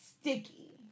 sticky